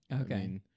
Okay